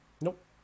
nope